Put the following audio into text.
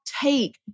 take